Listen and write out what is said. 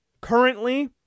currently